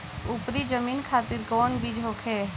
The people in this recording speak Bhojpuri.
उपरी जमीन खातिर कौन बीज होखे?